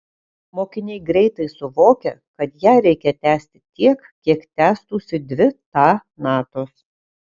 mokiniai greitai suvokia kad ją reikia tęsti tiek kiek tęstųsi dvi ta natos